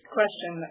question